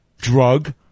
drug